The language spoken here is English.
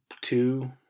two